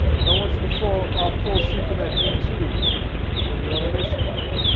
i don't want you to fall ah fall asleep in that b two when you're on a mission, right?